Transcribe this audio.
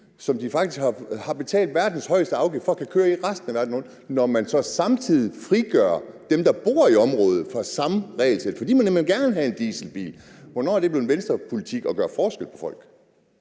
som de faktisk har betalt verdens højeste afgift for at kunne køre i resten af verden, når man så samtidig frigør dem, der bor i området fra samme regelsæt, for de må nemlig gerne have en dieselbil? Hvornår er det blevet Venstrepolitik at gøre forskel på folk?